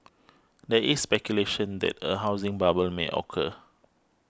there is speculation that a housing bubble may occur